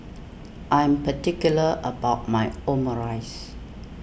I am particular about my Omurice